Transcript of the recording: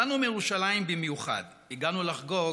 באנו לירושלים במיוחד, הגענו לחגוג